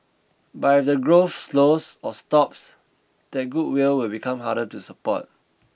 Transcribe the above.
but if the growth slows or stops that goodwill will become harder to support